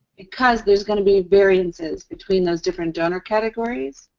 because there's going to be variances between those different donor categories.